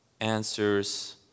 answers